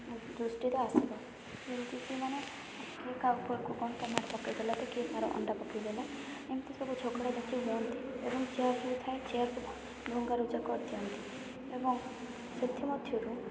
ଦୃଷ୍ଟିରେ ଆସିବ ଯେମିତିକି ମାନେ କିଏ କାହା ଉପରକୁ କ'ଣ ଟମାଟୋ ପକାଇ ଦେଲା କି କିଏ କାହାର ଅଣ୍ଡା ପକାଇଦେଲା ଏମିତି ସବୁ ଝଗଡ଼ା ଝାଟି ହୁଅନ୍ତି ଏବଂ ଚେୟାର୍ ଟେବୁଲ୍ ଥାଏ ଚେୟାର୍କୁ ଭଙ୍ଗାରୁଜା କରିଦିଅନ୍ତି ଏବଂ ସେଥିମଧ୍ୟରୁ